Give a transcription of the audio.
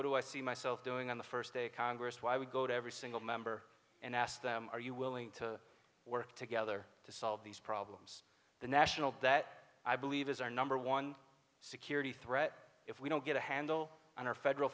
what do i see myself doing on the first day congress why we go to every single member and ask them are you willing to work together to solve these problems the national debt i believe is our number one security threat if we don't get a handle on our federal